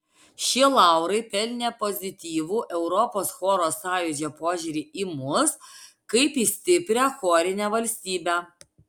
šie laurai pelnė pozityvų europos choro sąjūdžio požiūrį į mus kaip į stiprią chorinę valstybę